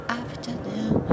afternoon